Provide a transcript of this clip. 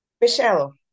Michelle